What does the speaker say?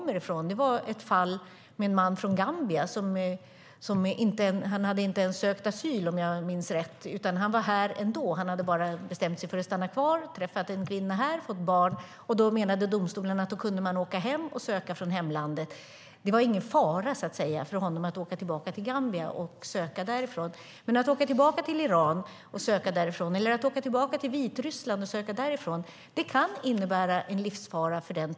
Denna praxis kommer från ett fall med en man från Gambia, som inte ens hade sökt asyl, om jag minns rätt, utan var här ändå. Han hade bara bestämt sig för att stanna kvar, träffat en kvinna och fått barn. Då menade domstolen att han kunde åka hem och söka från hemlandet. Det var ingen fara för honom att åka tillbaka till Gambia och söka därifrån, men att åka tillbaka till Iran eller Vitryssland och söka därifrån kan innebära livsfara.